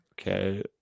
Okay